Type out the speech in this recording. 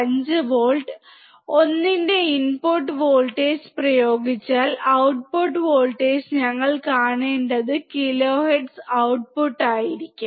5 volt 1 ന്റെ input voltage പ്രയോഗിച്ചാൽ output voltage ഞങ്ങൾ കാണേണ്ടത് kilohertz ഔട്ട്പുട്ട് എന്തായിരിക്കും